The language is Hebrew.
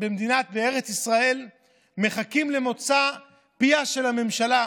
בארץ ישראל מחכים למוצא פיה של הממשלה,